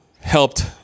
helped